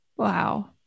Wow